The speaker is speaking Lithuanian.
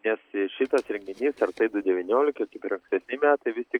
nes šitas renginys ar tai du devyniolika kaip ir ankstesni metai vis tik